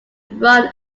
run